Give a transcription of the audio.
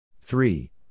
Three